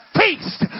feast